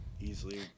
easily